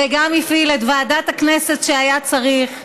וגם הפעיל את ועדת הכנסת כשהיה צריך.